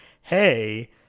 hey